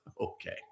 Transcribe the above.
Okay